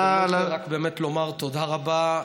בהזדמנות זו רק באמת לומר תודה רבה.